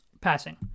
passing